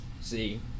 see